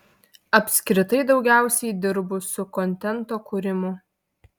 apskritai daugiausiai dirbu su kontento kūrimu